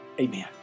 Amen